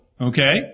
Okay